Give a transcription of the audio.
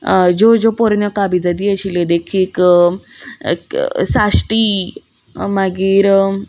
ज्यो ज्यो पोरन्यो काबिजादी आशिल्ल्यो देखीक क साश्टी मागीर